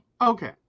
Okay